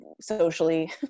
socially